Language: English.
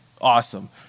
awesome